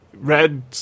red